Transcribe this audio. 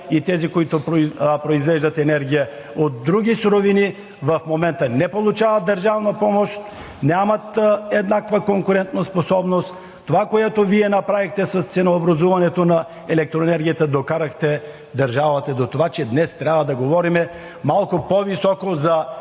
и тези, които произвеждат енергия от други суровини, в момента не получават държавна помощ, нямат еднаква конкурентоспособност. Това, което Вие направихте с ценообразуването на електроенергията, докарахте държавата до това, че днес трябва да говорим малко по-високо за Зеления